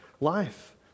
life